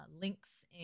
links